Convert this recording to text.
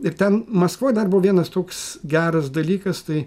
ir ten maskvoj dar buvo vienas toks geras dalykas tai